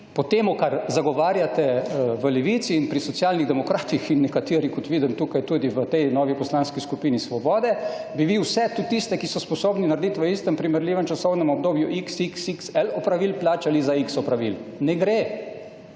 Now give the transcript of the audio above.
po temu, kar zagovarjate v Levici in pri Socialnih demokratih in nekateri, kot vidim tukaj, tudi v tej novi Poslanski skupini Svobode, bi vi vse, tudi tiste, ki so sposobni narediti v primerljivem časovnem obdobju xxxl opravil, plačali za x opravil. Ne gre.